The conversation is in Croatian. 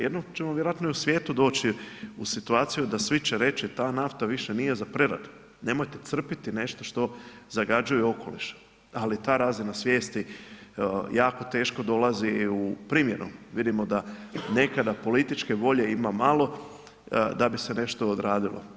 Jednom ćemo vjerojatno i u svijetu doći u situaciju da svi će reći ta nafta više nije za preradu, nemojte crpiti nešto što zagađuje okoliš, ali ta razina svijesti jako teško dolazi i u primjenom, vidimo da nekada političke volje ima malo da bi se nešto odradilo.